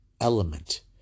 element